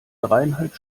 dreieinhalb